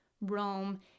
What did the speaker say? Rome